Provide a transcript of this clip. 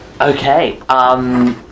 Okay